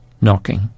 knocking